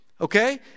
Okay